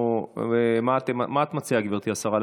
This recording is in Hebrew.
מה את מציעה, גברתי השרה?